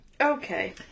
okay